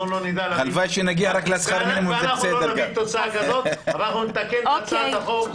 לא נשיג תוצאה כזאת אבל אנחנו נתקן את הצעת החוק.